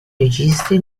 registi